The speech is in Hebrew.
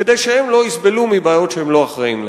כדי שהם לא יסבלו מבעיות שהם לא אחראים להן.